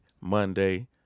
Monday